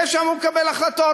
זה שאמור לקבל החלטות.